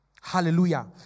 Hallelujah